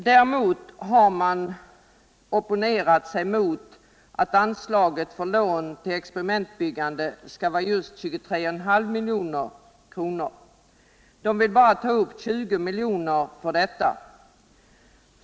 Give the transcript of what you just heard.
Däremot har de opponerat sig mot att anslaget för lån till experimentbyggande skall vara på just 23,5 milj.kr. de vill bara ta upp ett anslag på 20 milj.kr. för detta ändamål.